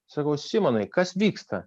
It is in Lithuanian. sakau simonai kas vyksta